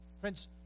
Friends